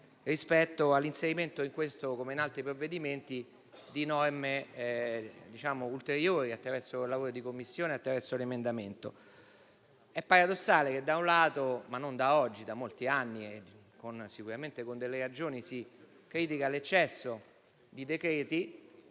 rispetto all'inserimento in questo come in altri provvedimenti di norme ulteriori attraverso il lavoro di Commissione e attraverso la presentazione di un emendamento. Non da oggi ma da molti anni, sicuramente con delle ragioni, si critica l'eccesso di decreti.